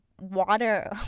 water